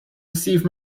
deceive